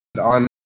On